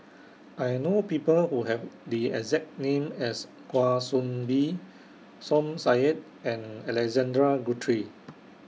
I know People Who Have The exact name as Kwa Soon Bee Som Said and Alexander Guthrie